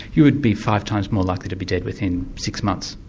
you would be five times more likely to be dead within six months.